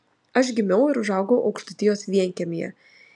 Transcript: aš gimiau ir užaugau aukštaitijos vienkiemyje